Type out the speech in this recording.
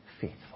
faithful